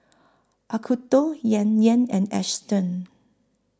Acuto Yan Yan and Astons